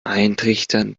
eintrichtern